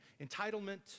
entitlement